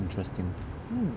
interesting